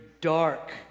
dark